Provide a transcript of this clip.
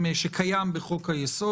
שקיים בחוק-היסוד.